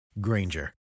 Granger